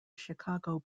chicago